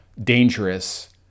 dangerous